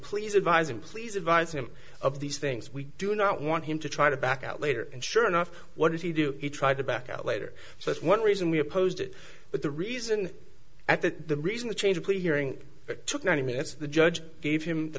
please advise him please advise him of these things we do not want him to try to back out later and sure enough what did he do he tried to back out later so that's one reason we opposed it but the reason at that the reason the change plea hearing it took ninety minutes the judge gave him the